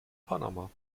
panama